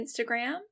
Instagram